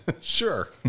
Sure